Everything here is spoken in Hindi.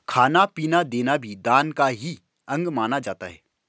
खाना पीना देना भी दान का ही अंग माना जाता है